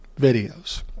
videos